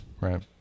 Right